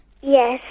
yes